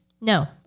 No